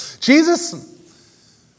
Jesus